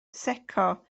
secco